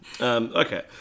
Okay